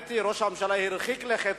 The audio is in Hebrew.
אני חושב שהאמת היא שראש הממשלה הרחיק לכת,